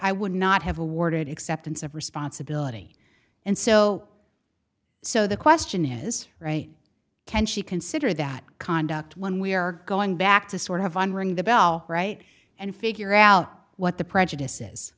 i would not have awarded acceptance of responsibility and so so the question is can she consider that conduct when we are going back to sort of unring the bell right and figure out what the prejudices